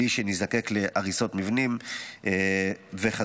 בלי שנזדקק להריסות מבנים וכדומה.